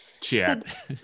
Chat